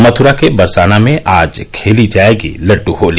मथुरा के बरसाना में आज खेली जायेगी लड्डू होली